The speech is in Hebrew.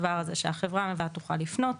שהחברה המבצעת תוכל לפנות,